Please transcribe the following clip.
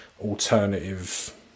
alternative